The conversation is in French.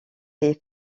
les